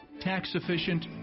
tax-efficient